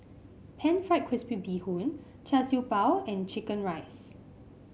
pan fried crispy Bee Hoon Char Siew Bao and chicken rice